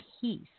peace